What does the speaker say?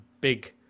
big